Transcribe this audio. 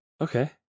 Okay